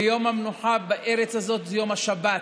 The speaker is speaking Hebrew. ויום המנוחה בארץ הזאת זה יום השבת,